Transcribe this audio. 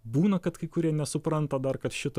būna kad kai kurie nesupranta dar kad šito